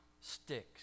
sticks